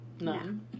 None